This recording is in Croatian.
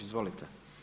Izvolite.